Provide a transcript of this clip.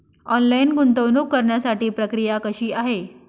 Online गुंतवणूक करण्यासाठी प्रक्रिया कशी आहे?